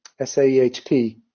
SAEHP